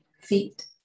feet